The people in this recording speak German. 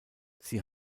sie